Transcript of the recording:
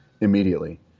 immediately